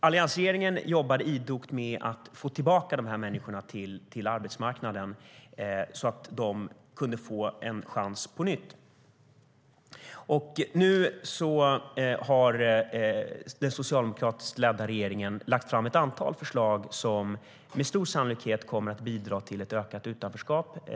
Alliansregeringen jobbade idogt med att få tillbaka de människorna till arbetsmarknaden så att de kunde få en ny chans. Nu har den socialdemokratiskt ledda regeringen lagt fram ett antal förslag som med stor sannolikhet kommer att bidra till ökat utanförskap.